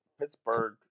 Pittsburgh